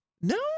No